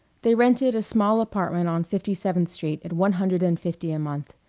they rented a small apartment on fifty-seventh street at one hundred and fifty a month.